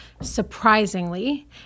surprisingly